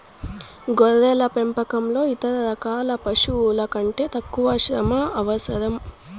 గొర్రెల పెంపకంలో ఇతర రకాల పశువుల కంటే తక్కువ శ్రమ అవసరం